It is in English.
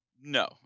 No